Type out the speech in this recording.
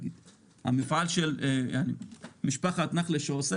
המפעל של משפחת נחלה שעושה